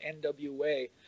NWA